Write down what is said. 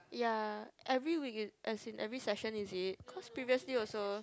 ya every week in as in every session is it cause previously also